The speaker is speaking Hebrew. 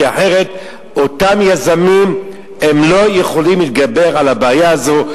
כי אחרת אותם יזמים לא יכולים להתגבר על הבעיה הזו,